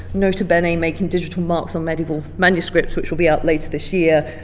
nota bene making digital marks on medieval manuscripts which will be out later this year.